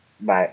Bye